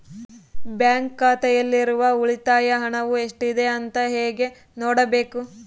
Bank ಖಾತೆಯಲ್ಲಿರುವ ಉಳಿತಾಯ ಹಣವು ಎಷ್ಟುಇದೆ ಅಂತ ಹೇಗೆ ನೋಡಬೇಕು?